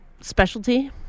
specialty